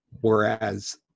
Whereas